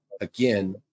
again